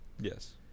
Yes